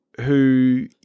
who-